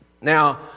Now